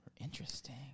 Interesting